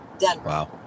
Wow